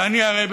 ואני הרי,